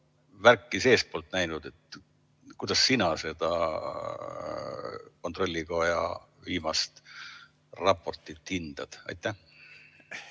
värki seestpoolt näinud. Kuidas sina seda kontrollikoja viimast raportit hindad? Jah,